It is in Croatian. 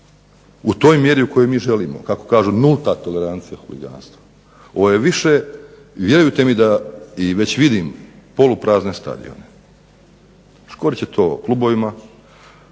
u onoj mjeri kojoj mi želimo, kako kažu nulta tolerancija huliganstva. Ovo je više i vjerujte mi da vidim poluprazne stadione. Škodit će to klubovima,